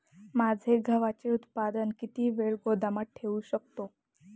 माझे गव्हाचे उत्पादन किती वेळ गोदामात ठेवू शकतो?